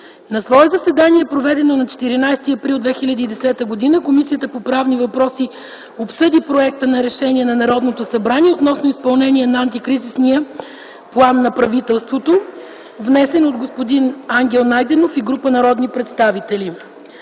На свое заседание, проведено на 14 април 2010 г., Комисията по правни въпроси обсъди Проекта за решение на Народното събрание относно изпълнението на Антикризисния план на правителството, внесен от господин Ангел Найденов и група народни представители.